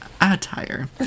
attire